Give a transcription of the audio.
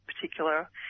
particular